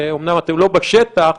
שאומנם אתם לא בשטח,